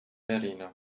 verena